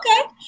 okay